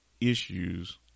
issues